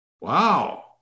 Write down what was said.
wow